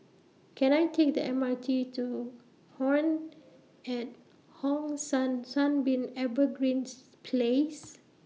Can I Take The M R T to Home At Hong San Sunbeam Evergreen's Place